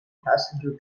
passenger